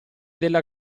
della